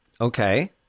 Okay